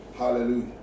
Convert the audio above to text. Hallelujah